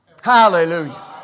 Hallelujah